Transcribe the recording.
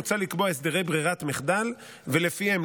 מוצע לקבוע הסדרי ברירת מחדל שלפיהם,